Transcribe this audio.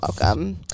welcome